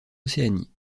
océanie